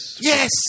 Yes